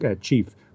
chief